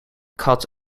kat